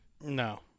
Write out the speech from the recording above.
No